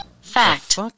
Fact